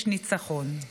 יש ניצחון.